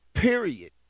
Period